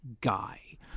guy